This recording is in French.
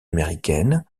américaine